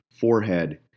forehead